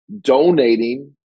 donating